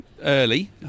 early